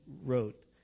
wrote